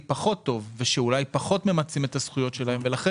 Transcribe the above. פחות טוב ושאולי פחות ממצים את הזכויות שלהם ולכן